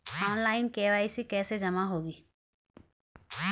Online KYC कैसे जमा होगी?